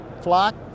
flock